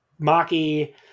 Maki